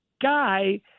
guy